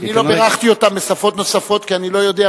אני לא בירכתי אותם בשפות נוספות כי אני לא יודע,